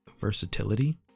versatility